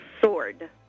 sword